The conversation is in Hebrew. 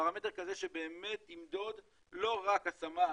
פרמטר כזה שבאמת ימדוד לא רק השמה,